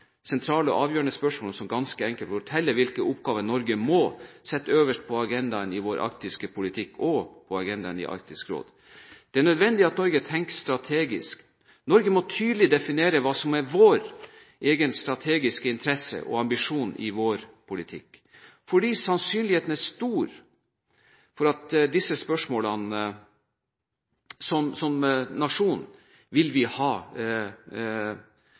sentrale og avgjørende spørsmål som ganske enkelt forteller hvilke oppgaver Norge må sette øverst på agendaen i vår arktiske politikk og i Arktisk Råd. Det er nødvendig at Norge tenker strategisk. Norge må tydelig definere sin egen strategiske interesse og ambisjon og sin politikk fordi sannsynligheten er stor for at vi i disse spørsmålene som nasjon vil ha